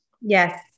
Yes